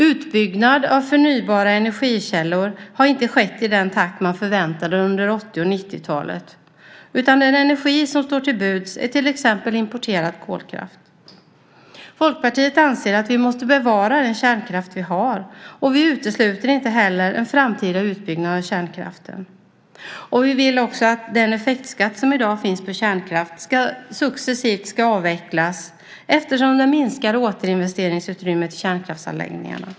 Utbyggnaden av förnybara energikällor har inte skett i den takt som man förväntade sig under 80 och 90-talen, utan den energi som står till buds är till exempel importerad kolkraft. Folkpartiet anser att vi måste bevara den kärnkraft vi har. Vi utesluter inte heller en framtida utbyggnad av kärnkraften. Vi vill också att den effektskatt som i dag finns på kärnkraft successivt ska avvecklas eftersom den minskar återinvesteringsutrymmet i kärnkraftsanläggningarna.